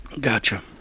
Gotcha